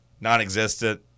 non-existent